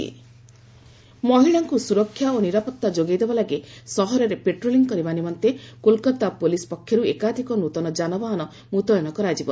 women security ମହିଳାଙ୍କୁ ସ୍ୱରକ୍ଷା ଓ ନିରାପତ୍ତା ଯୋଗାଇ ଦେବା ଲାଗି ସହରରେ ପେଟ୍ରୋଲିଂ କରିବା ନିମନ୍ତେ କୋଲକାତା ପୁଲିସ୍ ପକ୍ଷରୁ ଏକାଧିକ ନୃତନ ଯାନବାହାନ ମୁତୟନ କରାଯିବ